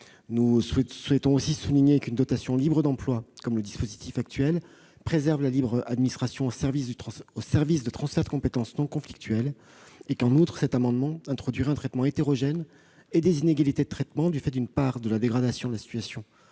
Par ailleurs, une dotation libre d'emploi, comme le dispositif actuel, préserve la libre administration au service de transferts de compétences non conflictuels. En outre, l'adoption de cet amendement introduirait un traitement hétérogène et des inégalités de traitement, d'une part, du fait de la dégradation de la situation